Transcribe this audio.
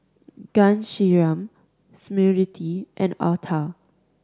Ghanshyam Smriti and Atal